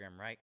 right